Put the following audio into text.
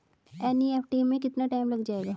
NEFT में कितना time लग जाएगा?